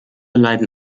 leiden